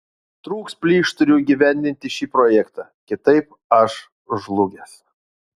trūks plyš turiu įgyvendinti šį projektą kitaip aš žlugęs